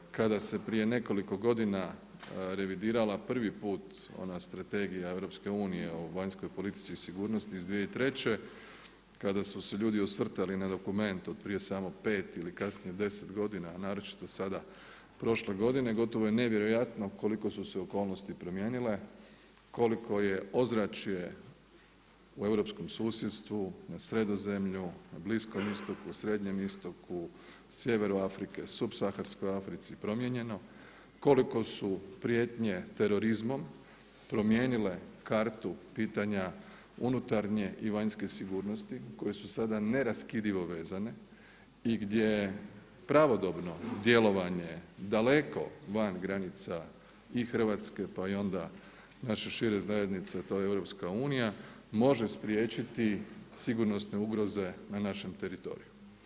Kada se prije nekoliko godina revidirala prvi put ona Strategija EU o vanjskoj politici i sigurnosti iz 2003., kada su se ljudi osvrtali na dokument od prije samo 5 ili kasnije od 10 godina a naročito sada prošle godine, gotovo je nevjerojatno koliko su se okolnosti promijenile, koliko je ozračje u europskom susjedstvu, na Sredozemlju, na Bliskom istoku, Srednjem istoku, sjeveru Afrike, subsaharskoj Africi promijenjeno, koliko su prijetnje terorizmom promijenile kartu pitanja unutarnje i vanjske sigurnosti koje su sada neraskidivo vezane i gdje pravodobno djelovanje daleko van granica i Hrvatske i pa i onda naše šire zajednice, to je EU, može spriječiti sigurnosne ugroze na našem teritoriju.